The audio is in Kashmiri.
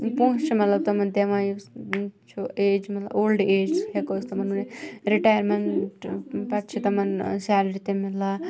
پونٛسہِ چھِ مَطلَب تِمَن دِوان چھُ ایج مَطلَب اولڈ ایج ہیٚکو أسۍ تِمَن ؤنِتھ رِٹایَرمینٹ پَتہٕ چھِ تِمَن سیلری تہِ مِلان